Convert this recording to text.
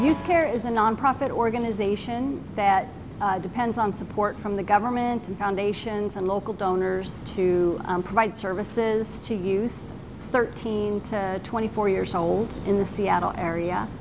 care is a nonprofit organization that depends on support from the government and foundations and local donors to provide services to use thirteen to twenty four years old in the seattle area